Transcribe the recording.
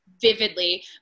vividly